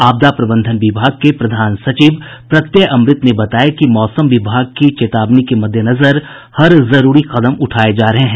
आपदा प्रबंधन विभाग के प्रधान सचिव प्रत्यय अमृत ने बताया कि मौसम विभाग की चेतावनी के मद्देनजर हर जरूरी कदम उठाये जा रहे हैं